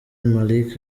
malik